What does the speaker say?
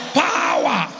power